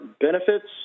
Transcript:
benefits